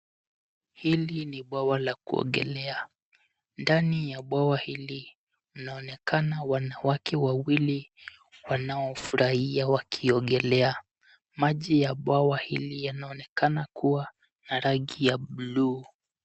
Hili ni bwawa la kuogelea. Ndani ya bwawa hili kunaonekana wanawake wawili wanaofurahia wakiogelea. Maji ya bwawa hili yanaonekana kuwa na rangi ya blue .